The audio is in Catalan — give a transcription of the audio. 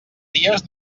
dies